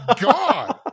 God